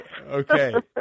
okay